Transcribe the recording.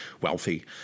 wealthy